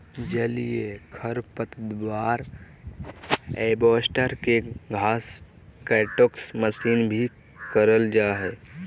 जलीय खरपतवार हार्वेस्टर, के घास काटेके मशीन भी कहल जा हई